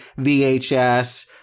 VHS